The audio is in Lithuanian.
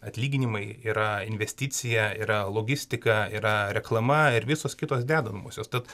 atlyginimai yra investicija yra logistika yra reklama ir visos kitos dedamosios tad